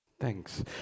Thanks